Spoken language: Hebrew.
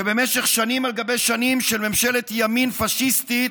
שבמשך שנים על גבי שנים של ממשלת ימין פשיסטית